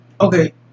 Okay